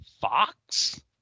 Fox